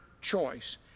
choice